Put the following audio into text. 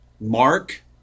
Mark